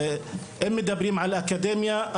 אם מדברים על האקדמיה,